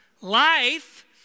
Life